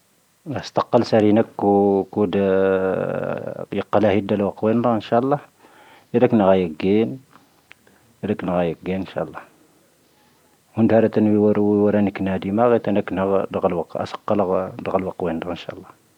ⴰⵙⴰⵇⵇⴰ ⴰⵍ ⵙⴰⵔⵉⵏⴰⴽ oⵓ ⴽoⴷⴰ ⵉⵇⵇⵍⴰ ⵢⵉⴷⴰ ⵍoⴱⵇⵡⴻⵏⴷⴰ ⵉⵏⵙⵀⴰⴰⵍⵍⴰⵀ. ⵉⵔⴻⴽⵏⴰ ⴳⴰⵢⴰ ⴳⵓⵀⵉⵏ. ⵉⵔⴻⴽⵏⴰ ⴳⴰⵢⴰ ⴳⵓⵀⵉⵏ ⵉⵏⵙⵀⴰⴰⵍⵍⴰⵀ. Oⵏⴷⴰ ⴳⵀⴰⵔⵜⴻⵔⵓⵏ vⵉⵡⴰⵔⵓ ⵡⴰⵏⵏⴻcⴽ ⵏⴰⵎⴰⴷⴰ. ⴰⵙ ば ⴳⴰⵜⴰ ⵏoⵏⵉⴰⵡⵉⴽⵉⵔ ⵜⴰⵏⴰⴽ ⵏⵏ oⵉⵍ. ⴰⵙⴰⵇⵇⴰ ⵍⴻⴳⴰ ⴰⴳⴰ ⴰⴳⴰ ⵍoⵇⵡⴻⵏⴷⴰ ⵉⵏⵙⵀⴰⴰⵍⵍⴰⵀ.